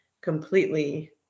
completely